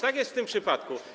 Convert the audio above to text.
Tak jest w tym przypadku.